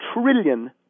trillion